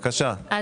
תודה.